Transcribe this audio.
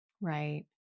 Right